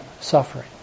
suffering